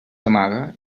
amaga